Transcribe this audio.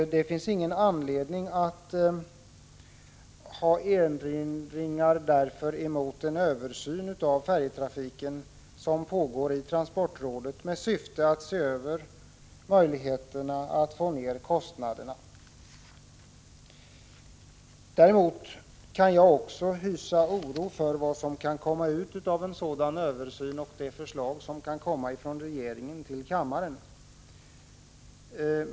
Det finns därför inget att erinra emot den översyn av färjetrafiken som pågår i transportrådet med syfte att undersöka möjligheterna att sänka kostnaderna. Däremot kan också jag hysa oro för vad som kan bli resultatet av en sådan översyn i form av förslag från regeringen till kammaren.